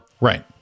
Right